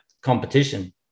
competition